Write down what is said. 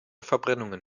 verbrennungen